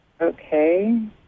Okay